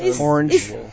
Orange